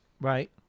Right